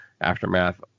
Aftermath